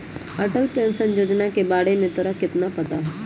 Atal pension Yojana के बारे में तोरा कितना पता हाउ?